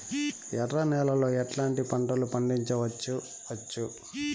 ఎర్ర నేలలో ఎట్లాంటి పంట లు పండించవచ్చు వచ్చు?